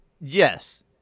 Yes